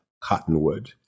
cottonwood